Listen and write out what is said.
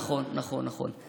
נכון, נכון, נכון.